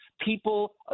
people